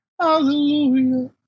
hallelujah